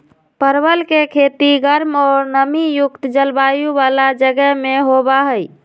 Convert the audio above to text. परवल के खेती गर्म और नमी युक्त जलवायु वाला जगह में होबा हई